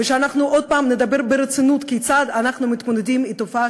ושעוד הפעם נדבר ברצינות כיצד אנחנו מתמודדים עם תופעת